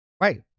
Right